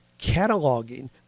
cataloging